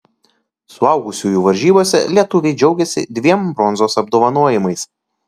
suaugusiųjų varžybose lietuviai džiaugėsi dviem bronzos apdovanojimais